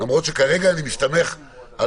למרות שכרגע אני מסתמך על